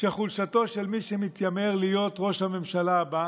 שחולשתו של מי שמתיימר להיות ראש הממשלה הבא